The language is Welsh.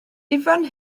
ifan